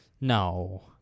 No